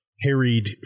harried